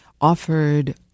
offered